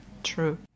True